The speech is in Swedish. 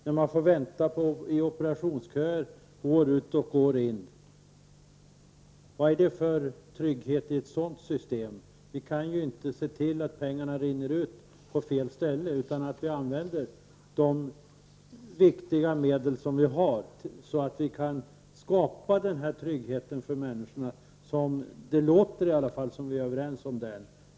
När man får vänta i operationsköer år ut och år in, vad är det för trygghet i ett sådant system? Vi kan inte se att pengarna rinner ut på fel ställe utan att vi använder de viktiga medel vi har för att skapa denna trygghet för människorna. Det låter i alla fall som om vi är överens om detta.